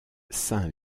saint